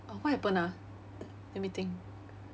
uh what happened ah let me think